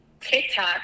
TikTok